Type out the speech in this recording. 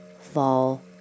fall